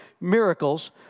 miracles